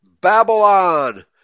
Babylon